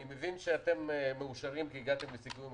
אני מבין שאתם מאושרים שהגעתם לסיכום עם